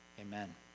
amen